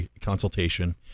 consultation